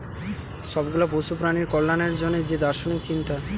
সব গুলা পশু প্রাণীর কল্যাণের জন্যে যে দার্শনিক চিন্তা